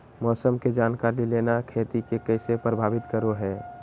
मौसम के जानकारी लेना खेती के कैसे प्रभावित करो है?